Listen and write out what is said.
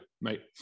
mate